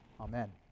Amen